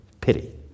pity